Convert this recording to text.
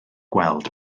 gweld